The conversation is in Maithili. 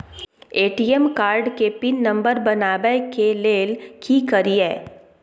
ए.टी.एम कार्ड के पिन नंबर बनाबै के लेल की करिए?